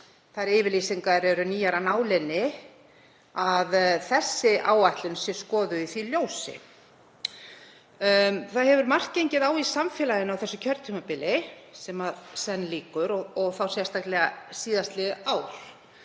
þær yfirlýsingar eru nýjar af nálinni að þessi áætlun sé skoðuð í því ljósi. Það hefur margt gengið á í samfélaginu á þessu kjörtímabili sem senn lýkur og þá sérstaklega síðastliðið ár